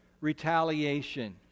retaliation